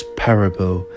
parable